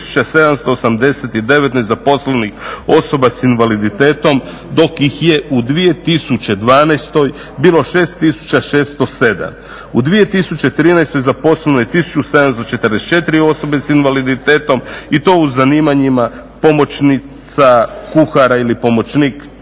6.789 nezaposlenih osoba s invaliditetom dok ih je u 2012.bilo 6.607. U 2013.je zaposleno 1.744 osobe s invaliditetom i to u zanimanjima pomoćnica kuhara ili pomoćnik kuhara,